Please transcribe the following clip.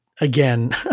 Again